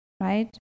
right